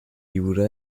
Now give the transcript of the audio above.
jura